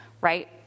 Right